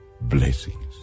blessings